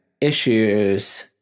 issues